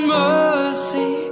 mercy